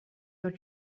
your